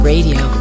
Radio